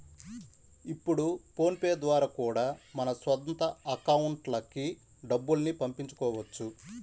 ఇప్పుడు PhonePe ద్వారా కూడా మన సొంత అకౌంట్లకి డబ్బుల్ని పంపించుకోవచ్చు